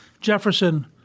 Jefferson